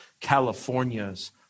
California's